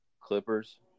Clippers